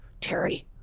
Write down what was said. Terry